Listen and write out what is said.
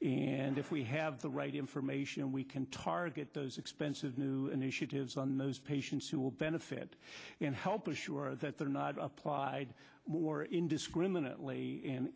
and if we have the right information we can target those expensive new initiatives on those patients who will benefit and help assure that they're not applied more indiscriminately and